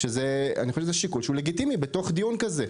שאני חושב שזה שיקול שהוא לגיטימי בתוך דיון כזה.